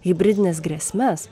hibridines grėsmes